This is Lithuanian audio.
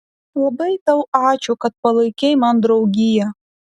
labai tau ačiū kad palaikei man draugiją